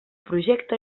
projecte